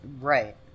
right